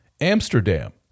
Amsterdam